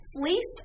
Fleeced